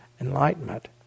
enlightenment